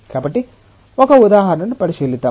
కాబట్టి ఒక ఉదాహరణను పరిశీలిద్దాం